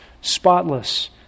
spotless